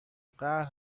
قهر